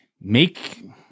make